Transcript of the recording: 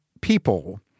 people